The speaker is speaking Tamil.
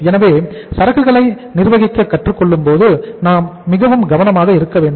எனவே சரக்குகளை நிர்வகிக்க கற்றுக் கொள்ளும் போது நாம் மிகவும் கவனமாக இருக்க வேண்டும்